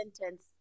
sentence